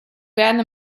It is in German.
werden